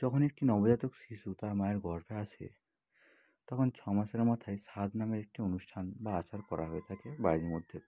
যখন একটি নবজাতক শিশু তার মায়ের গর্ভে আসে তখন ছ মাসের মাথায় সাধ নামের একটি অনুষ্ঠান বা আচার করা হয়ে থাকে বাড়ির মধ্যে